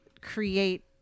create